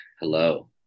Hello